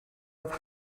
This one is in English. with